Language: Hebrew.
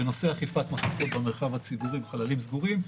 בנושא אכיפת מסכות במרחב הציבורי ובחללים סגורים,